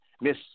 Miss